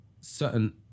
certain